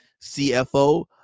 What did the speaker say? CFO